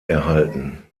erhalten